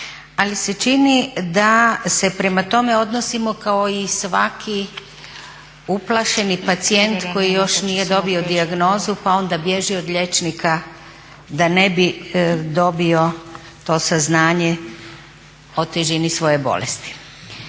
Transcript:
ali se čini da se prema tome odnosimo kao i svaki uplašeni pacijent koji još nije dobio dijagnozu pa onda bježi od liječnika da ne bi dobio to saznanje o težini svoje bolesti.